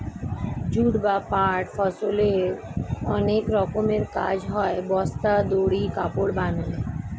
jute বা পাট ফসলের অনেক রকমের কাজ হয়, বস্তা, দড়ি, কাপড় বানায়